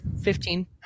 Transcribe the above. fifteen